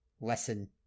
lesson